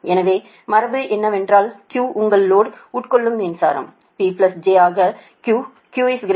எனவே மரபு என்னவென்றால் Q உங்கள் லோடு உட்கொள்ளும் மின்சாரம் P j ஆகQ